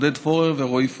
עודד פורר ורועי פולקמן.